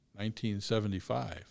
1975